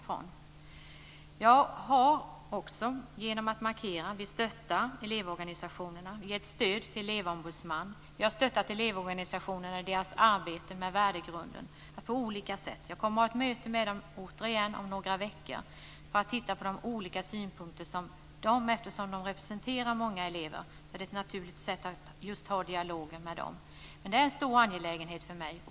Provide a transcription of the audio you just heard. Jag har också markerat att vi stöttar elevorganisationerna och gett stöd till elevombudsman. Jag har på olika sätt stöttat elevorganisationerna i deras arbete med värdegrunden. Jag kommer återigen att ha ett möte med dem om några veckor för att lyssna på deras olika synpunkter. Eftersom de representerar många elever, är det ett naturligt sätt att ha dialogen just med dem. Det här är en stor angelägenhet för mig.